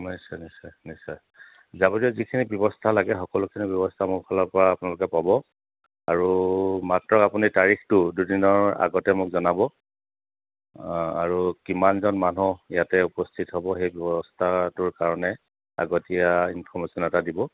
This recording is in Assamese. নিশ্চয় নিশ্চয় নিশ্চয় লাগতীয়া যিখিনি ব্যৱস্থা লাগে সকলোখিনি ব্যৱস্থা মোৰ ফালৰ পৰা আপোনালোকে পাব আৰু মাত্ৰ আপুনি তাৰিখটো দুদিনৰ আগতে মোক জনাব আৰু কিমানজন মানুহ ইয়াতে উপস্থিত হ'ব সেই ব্যৱস্থাটোৰ কাৰণে আগতীয়া ইনফৰ্মেশ্যন এটা দিব